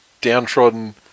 downtrodden